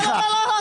לא, לא, לא.